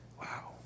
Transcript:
Wow